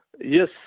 Yes